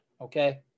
okay